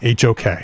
HOK